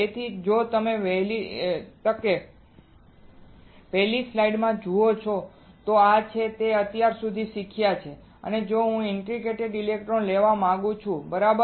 તેથી જો તમે પહેલી સ્લાઇડ જુઓ તો આ તે છે જે આપણે અત્યાર સુધી શીખ્યા છે કે જો હું ઇન્ટરડિજિટેટેડ ઇલેક્ટ્રોડ્સ લેવા માંગુ છું બરાબર